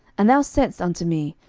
and thou saidst unto me,